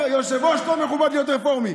אומר היושב-ראש, לא מכובד להיות רפורמי.